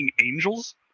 angels